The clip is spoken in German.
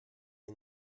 ihn